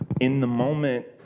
in-the-moment